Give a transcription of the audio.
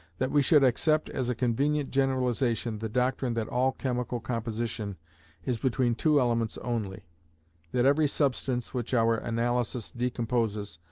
that we should accept as a convenient generalization the doctrine that all chemical composition is between two elements only that every substance which our analysis decomposes,